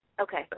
okay